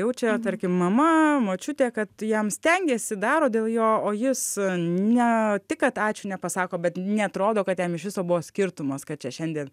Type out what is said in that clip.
jaučia tarkim mama močiutė kad jam stengiasi daro dėl jo o jis ne tik kad ačiū nepasako bet neatrodo kad jam iš viso buvo skirtumas kad čia šiandien